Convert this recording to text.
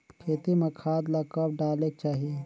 खेती म खाद ला कब डालेक चाही?